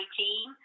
team